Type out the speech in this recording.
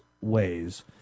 ways